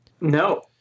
no